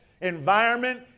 environment